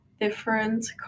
different